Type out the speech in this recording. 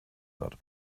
wird